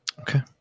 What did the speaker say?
Okay